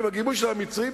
עם גיבוי של המצרים,